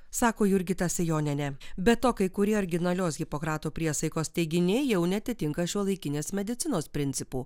sako jurgita sejonienė be to kai kurie originalios hipokrato priesaikos teiginiai jau neatitinka šiuolaikinės medicinos principų